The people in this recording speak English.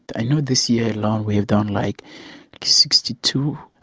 i know this year alone we have done like sixty two,